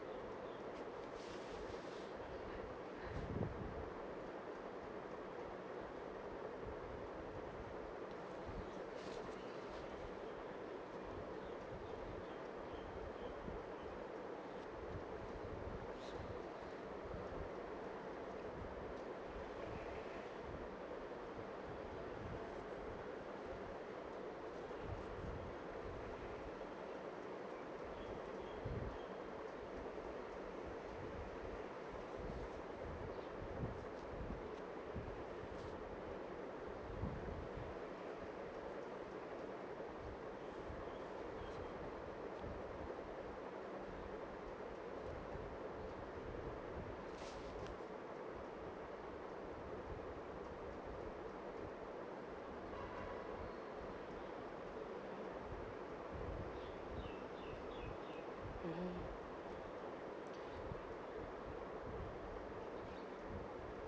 mmhmm